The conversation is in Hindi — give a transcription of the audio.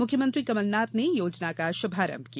मुख्यमंत्री कमलनाथ ने योजना का शुभारंभ किया